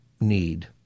need